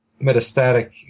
metastatic